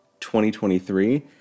2023